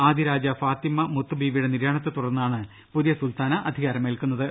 ആദിരാജ ഫാത്തിമ മുത്ത് ബീവിയുടെ നി ര്യാണത്തെ തുടർന്നാണ് പുതിയ സുൽത്താന അധികാരമേൽക്കു ന്നത്